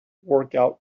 workout